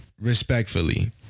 Respectfully